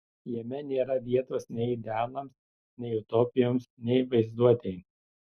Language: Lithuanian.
jame nėra vietos nei idealams nei utopijoms nei vaizduotei